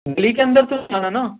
گلی کے اندر تو نہیں آنا نا